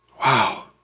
Wow